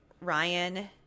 Ryan